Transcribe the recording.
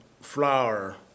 flour